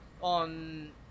on